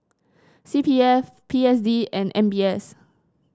C P F P S D and M B S